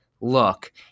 look